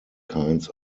kinds